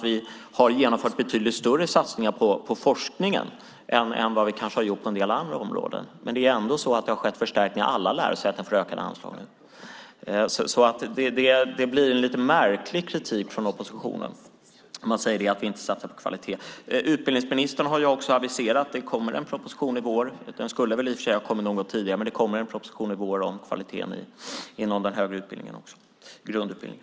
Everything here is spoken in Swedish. Vi har gjort betydligt större satsningar på forskning än vad vi kanske har gjort på en del andra områden. Det är ändå så att det har skett förstärkningar och att alla lärosäten får ökade anslag. Det blir en lite märklig kritik från oppositionen om man säger att vi inte satsar på kvalitet. Utbildningsministern har också aviserat att det kommer en proposition i vår - den skulle i och för sig ha kommit något tidigare - om kvaliteten inom grundutbildningen i den högre utbildningen.